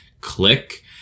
click